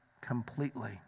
completely